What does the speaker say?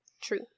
True